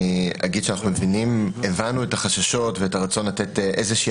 אנחנו מבינים את החששות ואת הרצון לתת איזושהי